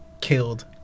killed